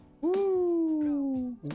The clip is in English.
Woo